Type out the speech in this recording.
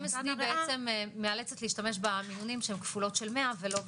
MSD מאלצת להשתמש במינונים שהן כפולות של 100. נכון.